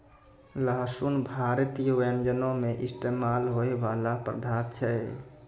लहसुन भारतीय व्यंजनो मे इस्तेमाल होय बाला पदार्थ छै